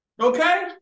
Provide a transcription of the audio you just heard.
Okay